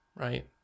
right